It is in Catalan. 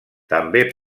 també